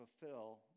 fulfill